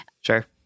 Sure